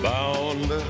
Bound